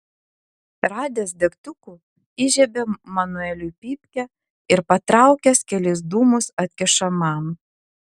radęs degtukų įžiebia manueliui pypkę ir patraukęs kelis dūmus atkiša man